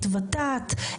ות"ת,